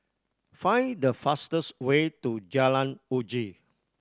find the fastest way to Jalan Uji